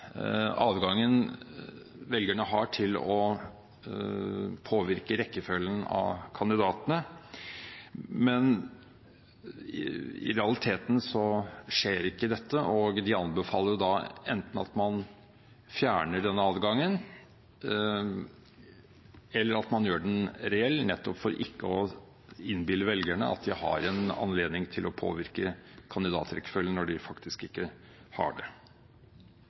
adgangen velgerne har til å påvirke rekkefølgen av kandidatene. I realiteten skjer ikke dette, og de anbefaler at man enten fjerner denne adgangen eller gjør den reell, nettopp for ikke å innbille velgerne at de har anledning til å påvirke kandidatrekkefølgen når de faktisk ikke har det.